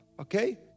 okay